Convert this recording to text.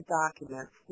documents